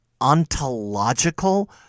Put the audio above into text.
ontological